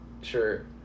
Sure